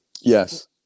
Yes